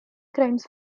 crimes